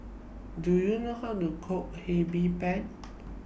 Do YOU know How to Cook Hee Pan